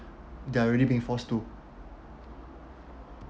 they're already being forced to